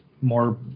more